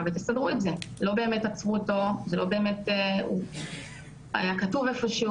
אני אפילו לא יכולה לתאר לעצמי איך אפשר לחיות